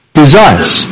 desires